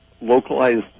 localized